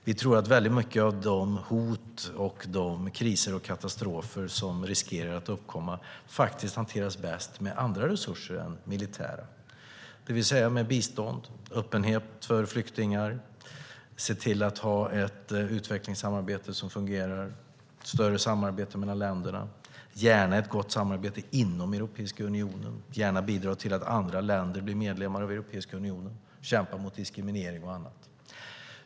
Vi tror att många av de hot, kriser och katastrofer som riskerar att uppkomma hanteras bäst med andra resurser än militära, det vill säga med bistånd, med öppenhet för flyktingar, med fungerande utvecklingssamarbete, genom större samarbete mellan länder, genom ett gott samarbete inom europeiska unionen, genom att bistå så att andra länder blir medlemmar av Europeiska unionen och genom att kämpa mot diskriminering och annat.